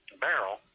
Barrel